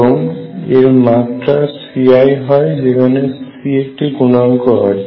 এবং এর মাত্রা Ci হয় যেখানে C একটি গুণাঙ্ক হয়